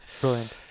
Brilliant